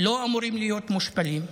לא אמורים להיות מושפלים,